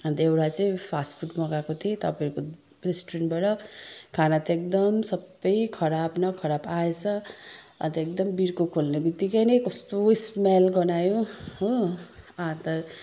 अनि त एउटा चाहिँ फास्टफुड मगाएको थिएँ तपाईँको रेस्टुरेन्टबाट खाना त एकदम सबै खराब न खराब आएछ अनि त एकदम बिर्को खोल्नेबित्तिकै नै कस्तो स्मेल गन्हायो हो अनि त